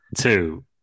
Two